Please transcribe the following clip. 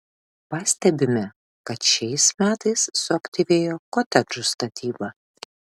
pastebime kad šiais metais suaktyvėjo kotedžų statyba